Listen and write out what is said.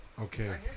Okay